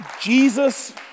Jesus